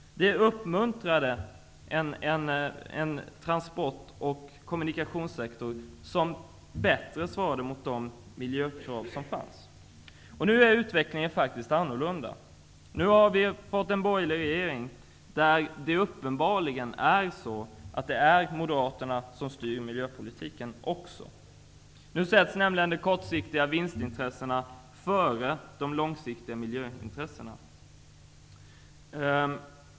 Detta uppmuntrade en transport och kommunikationssektor som bättre svarade mot de miljökrav som fanns. Nu är utvecklingen faktiskt annorlunda. Nu har vi fått en borgerlig regering. Uppenbarligen styr Moderaterna också miljöpolitiken. Nu sätts nämligen de kortsiktiga vinstintressena före de långsiktiga miljöintressena.